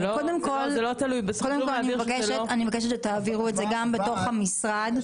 אני מבקשת שתעבירו את זה גם בתוך המשרד.